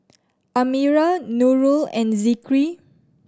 Amirah Nurul and Zikri